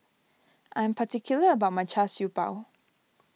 I am particular about my Char Siew Bao